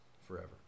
forever